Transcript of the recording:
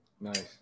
nice